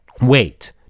wait